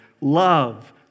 Love